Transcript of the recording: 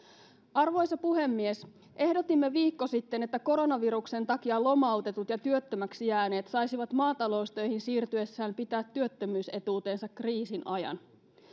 arvoisa puhemies ehdotimme viikko sitten että koronaviruksen takia lomautetut ja työttömäksi jääneet saisivat maataloustöihin siirtyessään pitää työttömyysetuutensa kriisin ajan